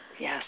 Yes